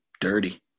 dirty